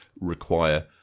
require